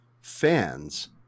fans